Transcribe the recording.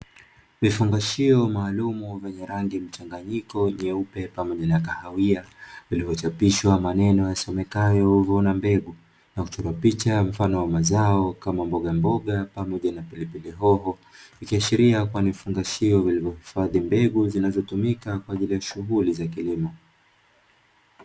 Vifungashio maalumu vyenye rangi mchanganyiko nyeupe pamoja na kahawia, vilivyochapishwa maneno yasomekayo "vuna mbegu" na kuchorwa picha mfano wa mazao, kama mbogamboga pamoja na pilipili hoho, ikiashiria kuwa ni vifungashio vilivyohifadhi mbegu zinazotumika kwa ajili ya shughuli za kilimo.